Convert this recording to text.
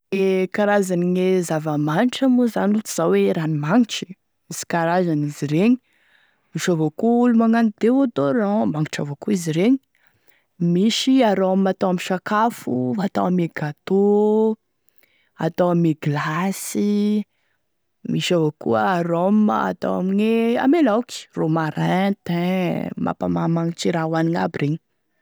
E karazany gne zava-manitra moa zany ohatry zao hoe ranomagnitry, misy karazany izy regny, misy avao koa olo magnano déodorant, magnitry avao koa izy regny, misy arôme atao amin'ny sakafo, atao ame gâteau, atao ame glasy, misy avao koa arôme atao amne ame laoky: romarin, thyn mampamagnimagnitry e raha hoanigny aby regny.